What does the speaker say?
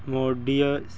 MODIS